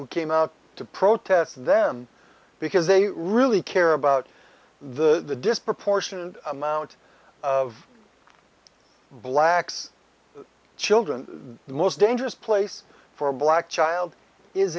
who came out to protest them because they really care about the disproportionate amount of blacks children the most dangerous place for a black child is